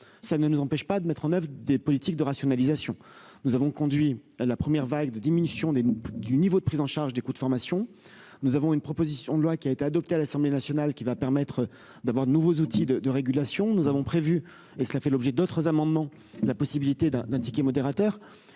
ça ne nous empêche pas de mettre en oeuvre des politiques de rationalisation nous avons conduit la première vague de diminution des du niveau de prise en charge des coûts de formation, nous avons une proposition de loi qui a été adopté à l'Assemblée nationale qui va permettre d'avoir de nouveaux outils de de régulation nous avons prévu et cela fait l'objet d'autres amendements la possibilité d'un d'un ticket modérateur